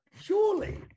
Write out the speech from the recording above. surely